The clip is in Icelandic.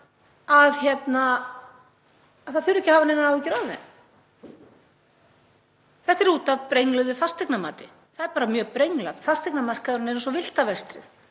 að ekki þurfi að hafa neinar áhyggjur af þeim. Þetta er út af brengluðu fasteignamati, það er bara mjög brenglað. Fasteignamarkaðurinn er eins og villta vestrið